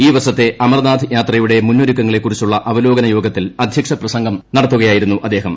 ഈ വർഷത്തെ അമർനാഥ് യാത്രയുടെ മുന്നൊരുക്കങ്ങളെ കുറിച്ചുള്ള അവലോകന യോഗത്തിൽ അധൃക്ഷ പ്രസംഗം നടത്തുകയായിരുന്നു അദ്ദേഹം